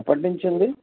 ఎప్పటి నుంచి ఉంది